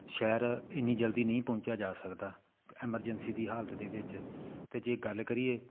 ਸ਼ਹਿਰ ਇੰਨੀ ਜਲਦੀ ਨਹੀਂ ਪਹੁੰਚਿਆ ਜਾ ਸਕਦਾ ਐਮਰਜੈਂਸੀ ਦੀ ਹਾਲਤ ਦੇ ਵਿੱਚ ਅਤੇ ਜੇ ਗੱਲ ਕਰੀਏ